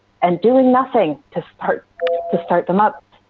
and doing nothing to start to start them up.